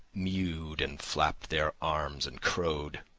mewed, and flapped their arms and crowed.